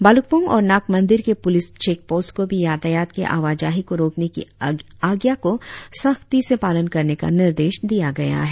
भालुकपोंग और नाग मंदिर के पुलिस चेक पोस्ट को भी यातायात के आवाजाही को रोकने की आज्ञा को सख्ती से पालन करने का निर्देश दिया गया है